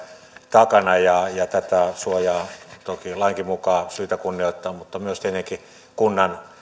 takana ja ja tätä suojaa on toki lainkin mukaan syytä kunnioittaa mutta tietenkin korostaisin myös kunnan